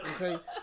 Okay